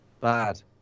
Bad